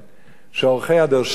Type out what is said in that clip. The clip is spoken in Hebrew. שעורכי ה"דר-שטירמר"